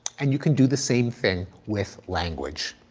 and you can do the same thing with language.